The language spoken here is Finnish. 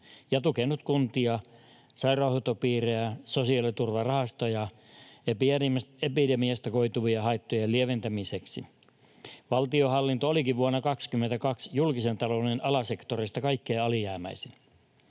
ja tukenut kuntia, sairaanhoitopiirejä ja sosiaaliturvarahastoja epidemiasta koituvien haittojen lieventämiseksi. Valtionhallinto olikin vuonna 20 julkisen talouden alasektoreista kaikkein alijäämäisin.